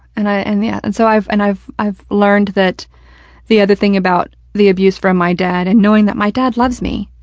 and and yeah and so i've and i've, i've learned that the other thing about the abuse from my dad, and knowing that my dad loves me.